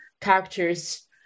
characters